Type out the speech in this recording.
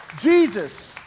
Jesus